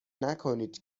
نکنید